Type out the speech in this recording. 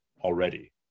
already